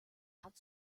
hat